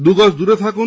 দুগজ দূরে থাকুন